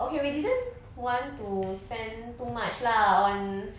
okay we didn't want to spend too much lah on